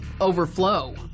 overflow